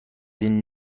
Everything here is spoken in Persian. این